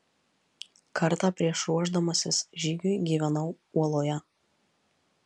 kartą prieš ruošdamasis žygiui gyvenau uoloje